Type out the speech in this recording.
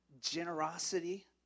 generosity